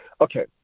Okay